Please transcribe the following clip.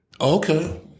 okay